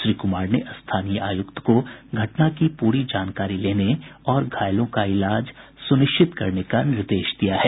श्री कुमार ने स्थानीय आयुक्त को घटना की पूरी जानकारी लेने और घायलों का इलाज सुनिश्चित करने का निर्देश दिया है